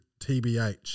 Tbh